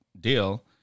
deal